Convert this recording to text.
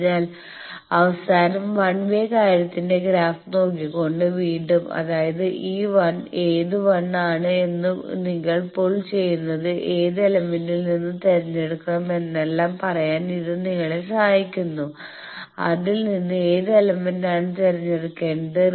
അതിനാൽ അവസാനം 1 വേ കാര്യത്തിന്റെ ഗ്രാഫ് നോക്കിക്കൊണ്ട് വീണ്ടും അതായത് ഈ 1 ഏത് 1 ആണ് നിങ്ങൾ പുള്ള് ചെയുന്നത് ഏത് എലമെന്റിൽ നിന്ന് തിരഞ്ഞെടുക്കണം എന്നെല്ലാം പറയാൻ ഇത് നിങ്ങളെ സഹായിക്കുന്നു അതിൽ നിന്ന് ഏത് എലമെന്റാണ് തിരഞ്ഞെടുക്കേണ്ടത്